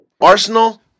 Arsenal